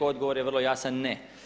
Odgovor je vrlo jasan ne.